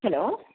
hello